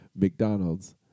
McDonald's